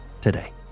today